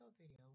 video